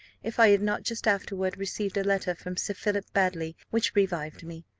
if i had not just afterward received a letter from sir philip baddely which revived me.